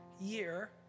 year